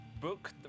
book